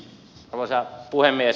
arvoisa puhemies